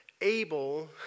able